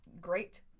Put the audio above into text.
great